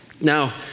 Now